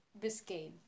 Biscayne